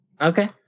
Okay